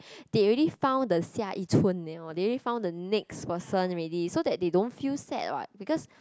they already found the 下一春 they already found the next person already so that they don't feel sad what because